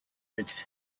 its